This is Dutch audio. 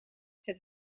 het